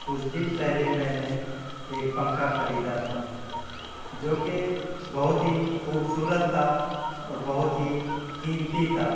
کچھ دن پہلے میں نے ایک پنکھا خریدا تھا جوکہ بہت ہی خوبصورت تھا اور بہت ہی قیمتی تھا